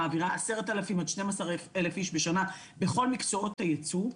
שמעבירה 10,000-12,000 בשנה בכל מקצועות הייצוא,